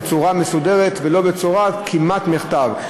בצורה מסודרת ולא בצורת כמעט מחטף.